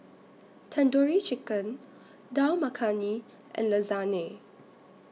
Tandoori Chicken Dal Makhani and Lasagne